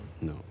No